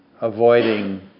avoiding